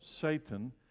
Satan